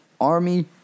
Army